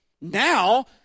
now